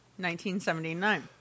1979